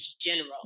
general